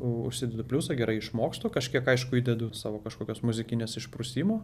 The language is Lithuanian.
užsidedu pliusą gerai išmokstu kažkiek aišku įdedu savo kažkokios muzikinės išprusimo